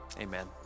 amen